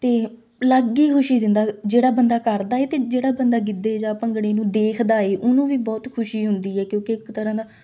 ਅਤੇ ਅਲੱਗ ਹੀ ਖੁਸ਼ੀ ਦਿੰਦਾ ਜਿਹੜਾ ਬੰਦਾ ਕਰਦਾ ਏ ਅਤੇ ਜਿਹੜਾ ਬੰਦਾ ਗਿੱਧੇ ਜਾਂ ਭੰਗੜੇ ਨੂੰ ਦੇਖਦਾ ਏ ਉਹਨੂੰ ਵੀ ਬਹੁਤ ਖੁਸ਼ੀ ਹੁੰਦੀ ਏ ਕਿਉਂਕਿ ਇੱਕ ਤਰ੍ਹਾਂ ਦਾ